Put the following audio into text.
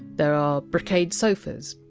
there are brocade sofas.